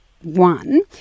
One